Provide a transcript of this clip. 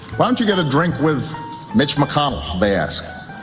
but you get a drink with mitch mcconnell, they ask.